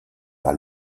par